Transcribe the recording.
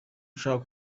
ushaka